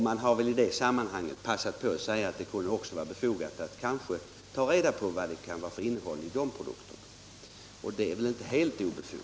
LRF har väl i detta sammanhang passat på att säga att det kunde vara befogat att ta reda på innehållet också i de importerade produkterna.